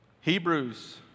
Hebrews